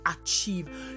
achieve